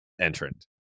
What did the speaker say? entrant